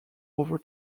over